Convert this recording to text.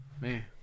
man